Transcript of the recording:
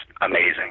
amazing